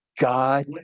God